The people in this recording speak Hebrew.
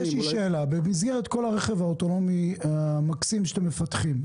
יש לי שאלה: במסגרת כל הרכב האוטונומי המקסים שאתם מפתחים,